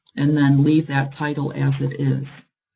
and then leave that title as it is.